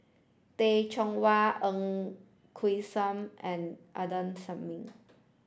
Teh Cheang Wan Ng Quee sam and Adnan